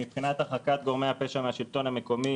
מבחינת הרחקת גורמי הפשע מהשלטון המקומי